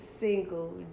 single